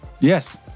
Yes